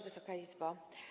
Wysoka Izbo!